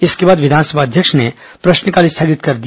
इसके बाद विधानसभा अध्यक्ष ने प्रश्नकाल स्थगित कर दिया